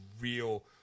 Real